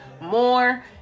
more